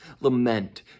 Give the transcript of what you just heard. lament